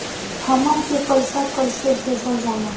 हमन के पईसा कइसे भेजल जाला?